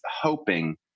hoping